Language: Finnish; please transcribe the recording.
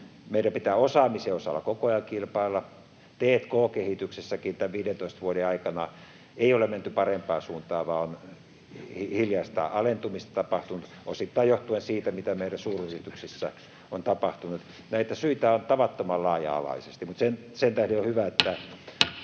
Meidän pitää osaamisen osalta koko ajan kilpailla. T&k-kehityksessäkään tämän 15 vuoden aikana ei olla menty parempaan suuntaan vaan on hiljaista alentumista tapahtunut, osittain johtuen siitä, mitä meillä suuryrityksissä on tapahtunut. Näitä syitä on tavattoman laaja-alaisesti, mutta sen tähden on hyvä,